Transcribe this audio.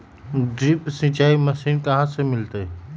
Drip सिंचाई machine कहाँ से मिलतै?